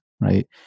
right